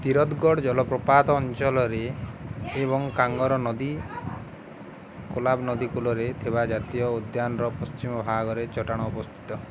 ତିରଥଗଡ଼୍ ଜଲପ୍ରପାତ ଅଞ୍ଚଳରେ ଏବଂ କାଙ୍ଗର ନଦୀ କୋଲାବ ନଦୀ କୂଳରେ ଥିବା ଜାତୀୟ ଉଦ୍ୟାନର ପଶ୍ଚିମ ଭାଗରେ ଚଟାଣ ଉପସ୍ଥିତ